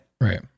Right